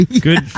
good